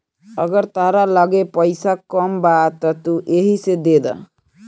अगर तहरा लगे पईसा कम बा त तू एही से देद